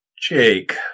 Jake